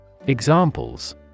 Examples